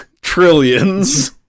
Trillions